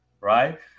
right